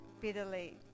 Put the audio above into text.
bitterly